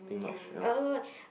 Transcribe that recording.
nothing much else